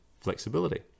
flexibility